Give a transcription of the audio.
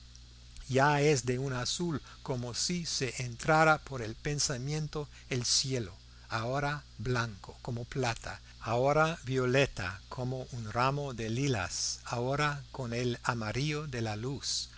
ya es de un azul como si se entrara por el pensamiento el cielo ahora blanco como plata ahora violeta como un ramo de lilas ahora con el amarillo de la luz